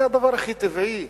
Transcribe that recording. זה הדבר הכי טבעי.